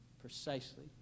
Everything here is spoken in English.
precisely